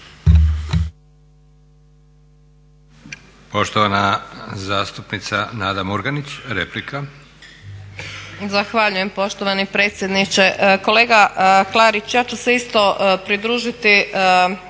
Poštovana zastupnica Nada Murganić, replika.